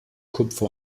kupfer